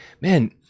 man